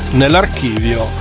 nell'archivio